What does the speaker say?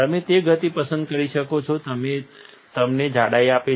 તમે તે ગતિ પસંદ કરી શકો છો જે તમને જાડાઈ આપે છે